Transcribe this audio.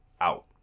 out